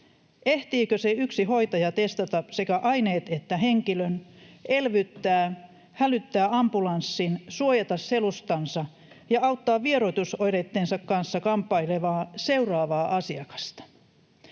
Ehtiikö se yksi hoitaja testata sekä aineet että henkilön, elvyttää, hälyttää ambulanssin, suojata selustansa ja auttaa vieroitusoireittensa kanssa kamppailevaa seuraavaa asiakasta?